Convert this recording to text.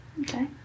okay